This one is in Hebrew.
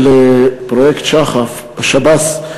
של פרויקט שח"ף בשב"ס,